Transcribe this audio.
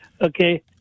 Okay